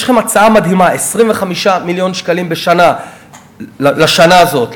יש לכם הצעה מדהימה: 25 מיליון שקלים בשנה לשנה הזאת,